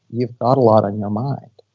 you've got a lot in your mind.